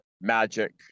magic